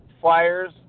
flyers